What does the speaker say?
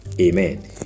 Amen